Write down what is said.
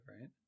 right